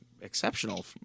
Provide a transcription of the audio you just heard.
exceptional